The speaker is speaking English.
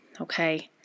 okay